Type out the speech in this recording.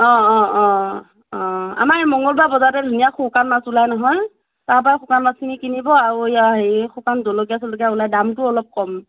অ অ অ অ আমা এই মংগলবাৰ বজাৰতে ধুনীয়া শুকান মাছ ওলায় নহয় তাৰপৰাই শুকান মাছখিনি কিনিব আৰু এয়া শুকান জলকীয়া চলকীয়া ওলায় দামটোও অলপ কম